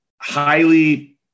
highly